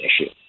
issue